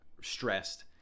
stressed